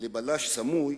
לבלש סמוי: